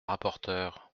rapporteure